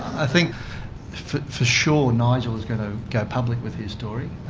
i think for sure nigel's going to go public with his story.